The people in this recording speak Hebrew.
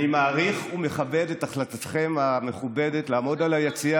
אני מעריך ומכבד את החלטתכם המכובדת לעמוד ביציע